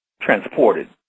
transported